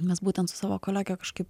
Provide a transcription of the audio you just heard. nes būtent su savo kolegę kažkaip